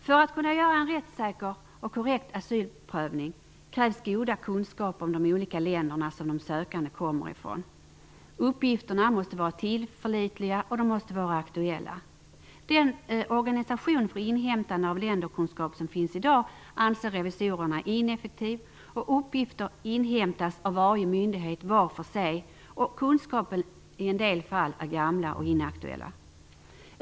För att kunna göra en rättssäker och korrekt asylprövning krävs goda kunskaper om de olika länderna som de sökande kommer ifrån. Uppgifterna måste vara tillförlitliga och aktuella. Den organisation för inhämtande av länderkunskap som finns i dag anser revisorerna vara ineffektiv. Uppgifter inhämtas av varje myndighet var för sig, och kunskaperna är i en del fall gamla och inaktuella.